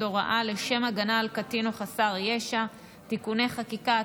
הוראה לשם הגנה על קטין או חסר ישע (תיקוני חקיקה),